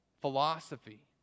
philosophy